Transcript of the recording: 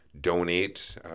donate